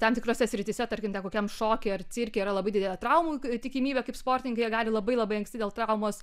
tam tikrose srityse tarkim ten kokiam šokyje ar cirke yra labai didelė traumų tikimybė kaip sportininkai jie gali labai labai anksti dėl traumos